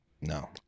No